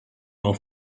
auf